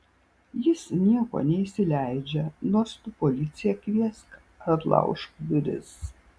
jis nieko neįsileidžia nors tu policiją kviesk ar laužk duris